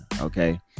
okay